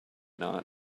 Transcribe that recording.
not